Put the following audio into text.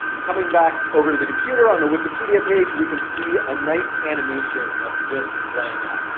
coming back over to the computer, on the wikipedia page, we can see a nice animation of this playing out.